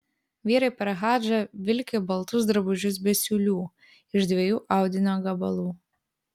vyrai per hadžą vilki baltus drabužius be siūlių iš dviejų audinio gabalų